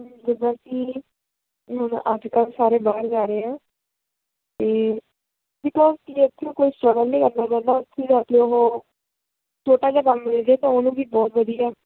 ਜਿੱਦਾਂ ਕਿ ਹੁਣ ਅੱਜ ਕੱਲ੍ਹ ਸਾਰੇ ਬਾਹਰ ਜਾ ਰਹੇ ਆ ਅਤੇ ਬਿਕੋਜ ਕਿ ਇੱਥੇ ਕੋਈ ਸਟਰਗਲ ਨਹੀਂ ਕਰਨਾ ਚਾਹੁੰਦਾ ਉੱਥੇ ਜਾ ਕੇ ਉਹ ਛੋਟਾ ਜਿਹਾ ਕੰਮ ਮਿਲ ਜਾਵੇ ਤਾਂ ਉਹਨੂੰ ਵੀ ਬਹੁਤ ਵਧੀਆ